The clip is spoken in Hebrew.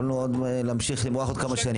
יכולנו להמשיך למרוח עוד כמה שנים.